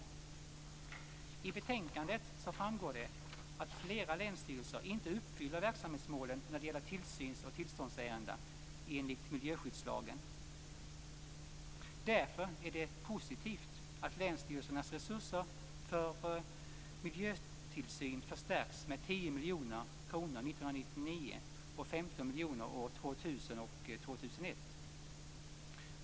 Av betänkandet framgår att flera länsstyrelser inte uppfyller verksamhetsmålen när det gäller tillsyns och tillståndsärenden enligt miljöskyddslagen. Därför är det positivt att länsstyrelsernas resurser för miljötillsyn förstärks med 10 miljoner kronor 1999 och med 15 miljoner kronor år 2000 och år 2001.